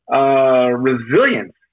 Resilience